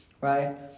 right